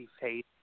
face